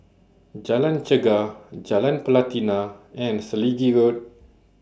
Jalan Chegar Jalan Pelatina and Selegie Road